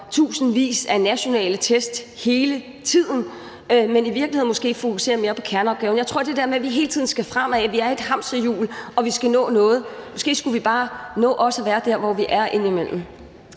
tusindvis af nationale test hele tiden, men måske i virkeligheden skal fokusere mere på kerneopgaven. Jeg tror, at vi i forhold til det der med, at vi hele tiden skal fremad, at vi er i et hamsterhjul, og at vi skal nå noget, måske indimellem også bare skulle nå at være der, hvor vi er. Kl.